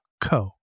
co